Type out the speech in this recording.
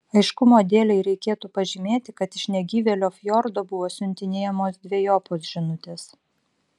aiškumo dėlei reikėtų pažymėti kad iš negyvėlio fjordo buvo siuntinėjamos dvejopos žinutės